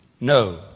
No